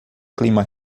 clima